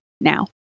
now